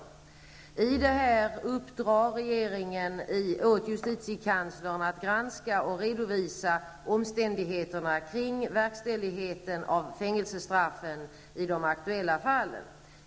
Regeringen har alltså uppdragit åt justitiekanslern att granska och redovisa omständigheterna kring verkställigheten av fängelsestraffen i de aktuella fallen.